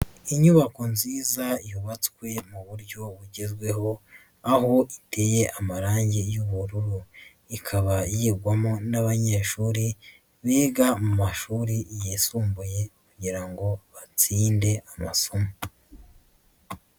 Inyubako nziza yubatswe mu buryo bugezweho, aho iteye amarangi y'ubururu, ikaba yigwamo n'abanyeshuri biga mu mashuri yisumbuye, kugira ngo batsinde amasomo.